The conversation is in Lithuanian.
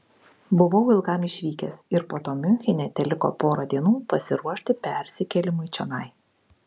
buvau ilgam išvykęs ir po to miunchene teliko pora dienų pasiruošti persikėlimui čionai